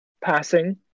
passing